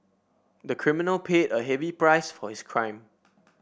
the criminal paid a heavy price for his crime